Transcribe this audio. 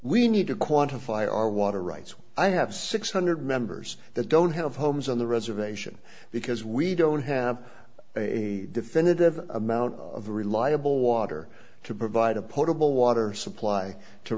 we need to quantify our water rights i have six hundred members that don't have homes on the reservation because we don't have a definitive amount of reliable water to provide a potable water supply to